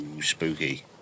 spooky